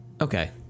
okay